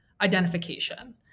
identification